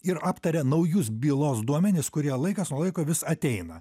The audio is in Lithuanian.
ir aptaria naujus bylos duomenis kurie laikas laiko vis ateina